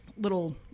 little